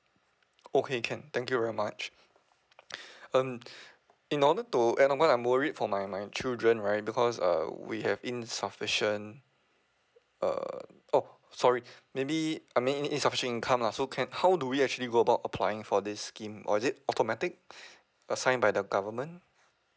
okay can thank you very much um in order to add on what I'm worried for my my children right because err we have insufficient err oh sorry maybe I mean insufficient income lah so can how do we actually go about applying for this scheme or is it automatic assigned by the government